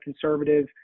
conservative